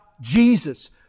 Jesus